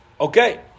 Okay